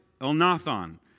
Elnathan